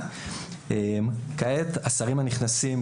כעת השרים הנכנסים,